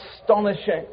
astonishing